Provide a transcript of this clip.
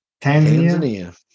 Tanzania